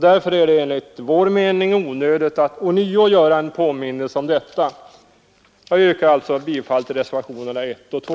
Därför är det enligt vår mening onödigt att ånyo göra en påminnelse om detta. Jag yrkar alltså bifall till reservationerna 1 och 2.